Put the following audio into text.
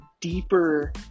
deeper